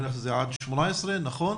עד גיל 18. נכון?